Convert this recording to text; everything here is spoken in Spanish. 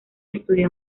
estudió